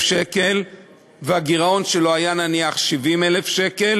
שקל והגירעון שלו היה נניח 70,000 שקל,